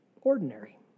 ordinary